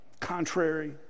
contrary